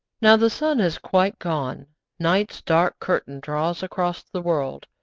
now the sun has quite gone night's dark curtain draws across the world,